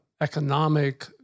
economic